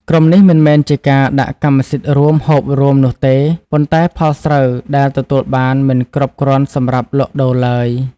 ក្រុមនេះមិនមែនជាការ "ដាក់កម្មសិទ្ធិរួម ហូបរួម" នោះទេ ប៉ុន្តែផលស្រូវដែលទទួលបានមិនគ្រប់គ្រាន់សម្រាប់លក់ដូរឡើយ។